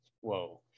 whoa